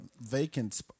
vacant